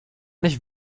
nicht